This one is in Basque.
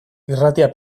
irratia